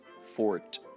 Fort